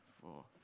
four